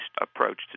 approach